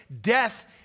Death